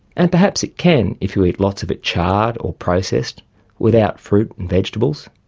and perhaps it can if you eat lots of it charred or processed without fruit and vegetables.